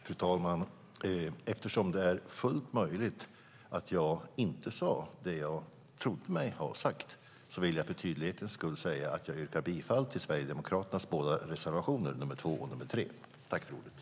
Fru talman! Eftersom det är fullt möjligt att jag inte sade det jag trodde mig ha sagt vill jag för tydlighetens skull säga att jag yrkar bifall till Sverigedemokraternas båda reservationer, nr 2 och nr 3.